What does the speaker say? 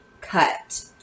cut